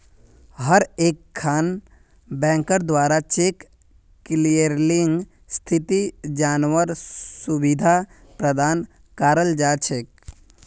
हर एकखन बैंकेर द्वारा चेक क्लियरिंग स्थिति जनवार सुविधा प्रदान कराल जा छेक